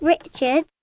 Richard